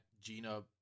Gina